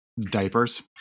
diapers